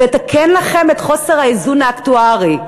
זה יתקן לכם את חוסר האיזון האקטוארי.